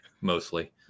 mostly